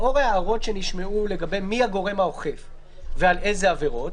לאור הערות שנשמעו לגבי מי הגורם האוכף ועל איזה עבירות,